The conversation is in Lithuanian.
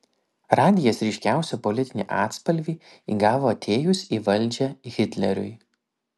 radijas ryškiausią politinį atspalvį įgavo atėjus į valdžią hitleriui